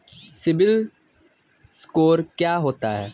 CIBIL score क्या होता है?